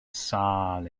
sâl